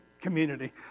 community